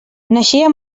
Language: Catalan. naixia